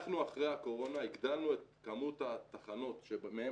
אנחנו אחרי הקורונה הגדלנו את כמות התחנות שמהן